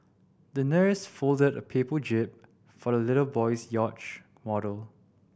the nurse folded a paper jib for the little boy's yacht model